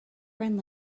friend